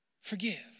Forgive